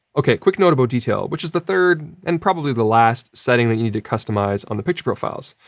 okay, quick note about detail, which is the third, and probably the last, setting that you need to customize on the picture profiles.